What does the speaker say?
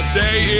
day